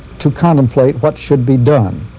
to contemplate what should be done.